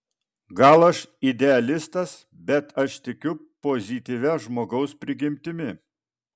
gal aš idealistas bet aš tikiu pozityvia žmogaus prigimtimi